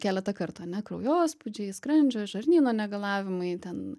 keletą kartų ane kraujospūdžiai skrandžio žarnyno negalavimai ten